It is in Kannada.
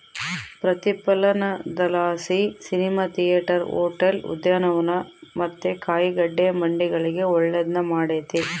ಪ್ರತಿಫಲನದಲಾಸಿ ಸಿನಿಮಾ ಥಿಯೇಟರ್, ಹೋಟೆಲ್, ಉದ್ಯಾನವನ ಮತ್ತೆ ಕಾಯಿಗಡ್ಡೆ ಮಂಡಿಗಳಿಗೆ ಒಳ್ಳೆದ್ನ ಮಾಡೆತೆ